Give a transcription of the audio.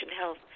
Health